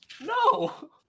No